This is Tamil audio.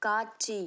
காட்சி